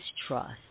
distrust